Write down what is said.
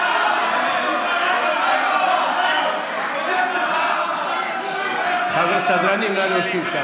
(קוראת בשמות חברי הכנסת) אלינה ברדץ' יאלוב,